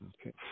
Okay